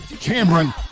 Cameron